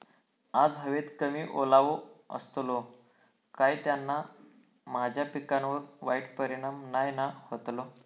आज हवेत कमी ओलावो असतलो काय त्याना माझ्या पिकावर वाईट परिणाम नाय ना व्हतलो?